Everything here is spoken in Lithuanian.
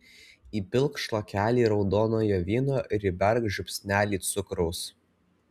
įpilk šlakelį raudonojo vyno ir įberk žiupsnelį cukraus